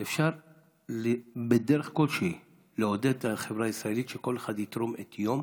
אפשר בדרך כלשהי לעודד את החברה הישראלית שכל אחד יתרום יום,